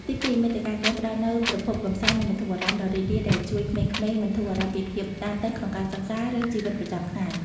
ទីពីរ មាតិកាហ្គេមផ្តល់នូវ ប្រភពកម្សាន្ត និងបន្ធូរអារម្មណ៍ ដ៏រីករាយ ដែលជួយក្មេងៗបន្ធូរអារម្មណ៍ពីភាពតានតឹងក្នុងការសិក្សា ឬជីវិតប្រចាំថ្ងៃ។